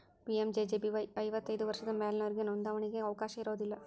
PMJJBY ಐವತ್ತೈದು ವರ್ಷದ ಮ್ಯಾಲಿನೊರಿಗೆ ನೋಂದಾವಣಿಗಿ ಅವಕಾಶ ಇರೋದಿಲ್ಲ